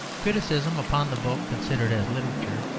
criticism upon the book considered as literature,